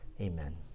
Amen